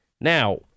Now